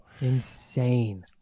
insane